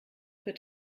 für